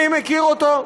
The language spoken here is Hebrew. אני מכיר אותו,